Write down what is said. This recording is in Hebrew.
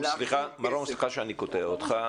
סליחה שאני קוטע אותך,